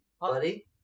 Buddy